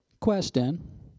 Question